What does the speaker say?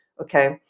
Okay